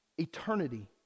Eternity